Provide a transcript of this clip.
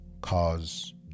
cause